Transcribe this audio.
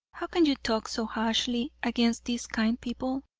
how can you talk so harshly against these kind people?